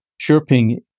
chirping